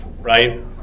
right